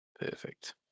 Perfect